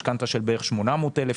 משכנתה של בערך 800,000,